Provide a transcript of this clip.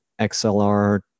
XLR